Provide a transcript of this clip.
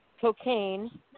cocaine